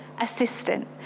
Assistant